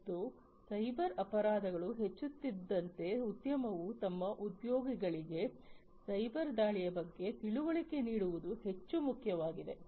ಮತ್ತು ಸೈಬರ್ ಅಪರಾಧಗಳು ಹೆಚ್ಚಾಗುತ್ತಿದ್ದಂತೆ ಉದ್ಯಮವು ತಮ್ಮ ಉದ್ಯೋಗಿಗಳಿಗೆ ಸೈಬರ್ ದಾಳಿಯ ಬಗ್ಗೆ ತಿಳುವಳಿಕೆ ನೀಡುವುದು ಹೆಚ್ಚು ಮುಖ್ಯವಾಗಿದೆ